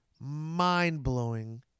mind-blowing